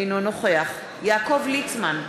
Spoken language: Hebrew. אינו נוכח יעקב ליצמן,